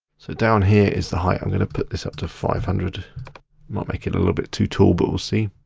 so down here is the height, i'm gonna put this up to five hundred. might make it a little bit too tall, but we'll see.